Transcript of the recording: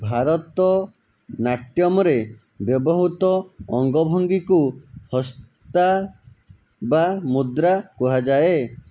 ଭାରତନାଟ୍ୟମ୍ ରେ ବ୍ୟବହୃତ ଅଙ୍ଗଭଙ୍ଗୀକୁ ହସ୍ତା ବା ମୁଦ୍ରା କୁହାଯାଏ